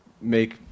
make